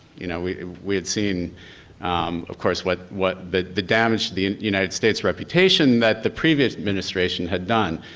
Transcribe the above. you know, we we had seen of course what what the the damage to the united states reputation that the previous administration had done.